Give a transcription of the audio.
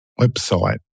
website